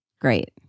Great